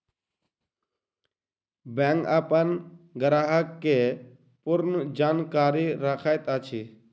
bank अपन ग्राहक के पूर्ण जानकारी रखैत अछि